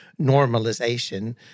normalization